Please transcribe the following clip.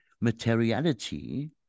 materiality